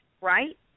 right